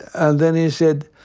and then he said,